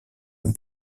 non